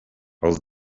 els